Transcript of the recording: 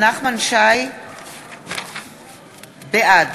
בעד